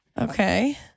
Okay